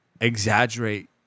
exaggerate